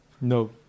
No